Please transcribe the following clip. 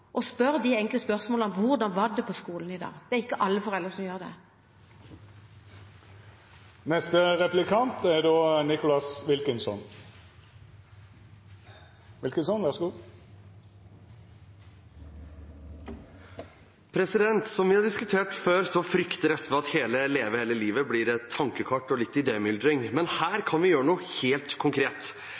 og stiller det enkle spørsmålet: Hvordan var det på skolen i dag? Det er ikke alle foreldre som gjør det. Som vi har diskutert før, frykter SV at hele Leve hele livet blir et tankekart og litt idémyldring. Men her kan vi gjøre noe helt konkret.